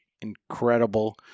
incredible